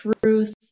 truth